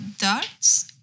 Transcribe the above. darts